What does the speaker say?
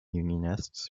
unionists